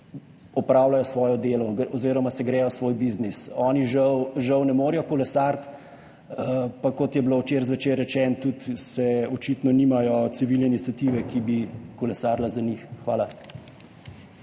opravljajo svoje delo oziroma se grejo svoj biznis. Oni žal ne morejo kolesariti, pa kot je bilo včeraj zvečer rečeno, očitno tudi nimajo civilne iniciative, ki bi kolesarila za njih. Hvala.